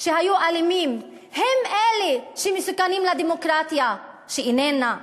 שהיו אלימים, הם אלה שמסוכנים לדמוקרטיה, שאיננה.